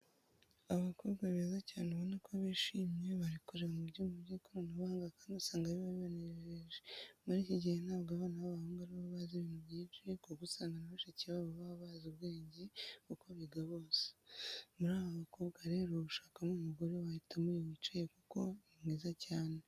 Abakobwa beza cyane ubona ko bishimye, bari kureba mu byuma by'ikoranabuhanga kandi usanga biba bibanejeje, muri iki gihe ntabwo abana b'abahungu ari bo bazi ibintu byinshi kuko usanga na bashiki babo baba bazi ubwenge kuko biga bose. Muri aba bakobwa rero ushakamo umugore wahitamo uyu wicaye kuko ni mwiza cyane.